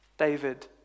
David